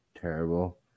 terrible